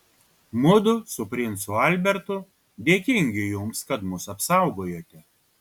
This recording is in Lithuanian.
mudu su princu albertu dėkingi jums kad mus apsaugojote